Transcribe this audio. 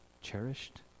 cherished